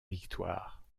victoire